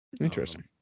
Interesting